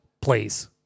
please